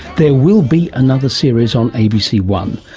there will be another series on a b c one.